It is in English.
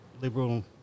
Liberal